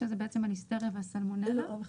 שזה בעצם הליסטריה והסלמונלה.